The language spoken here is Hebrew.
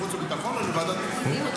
חוץ וביטחון או לוועדת פנים?